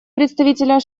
представителя